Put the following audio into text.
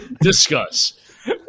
Discuss